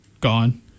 Gone